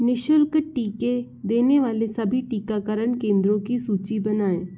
निःशुल्क टीके देने वाले सभी टीकाकरण केंद्रों की सूची बनाएँ